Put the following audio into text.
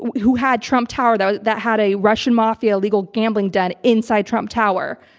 who had trump tower, that that had a russian mafia legal gambling don inside trump tower.